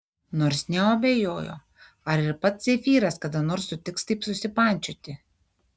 nors neo abejojo ar ir pats zefyras kada nors sutiks taip susipančioti